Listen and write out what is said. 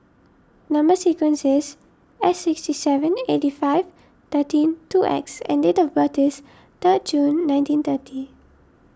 Number Sequence is S sixty seven eighty five thirteen two X and date of birth is third June nineteen thirty